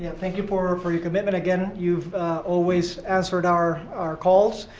yeah thank you for ah for your commitment, again. you've always answered our our calls.